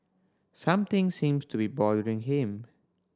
something seems to be bothering him